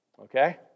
Okay